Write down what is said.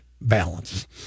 Balance